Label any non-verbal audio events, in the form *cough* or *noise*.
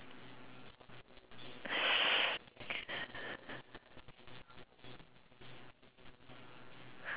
*breath*